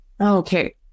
okay